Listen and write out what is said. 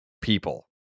people